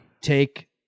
Take